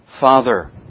father